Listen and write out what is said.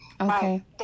Okay